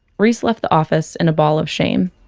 reese left the office in a ball of shame.